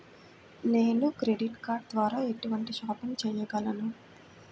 నేను credit card ద్వార ఎటువంటి షాపింగ్ చెయ్యగలను?